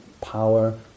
power